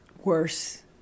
worse